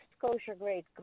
kosher-grade